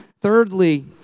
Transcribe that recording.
Thirdly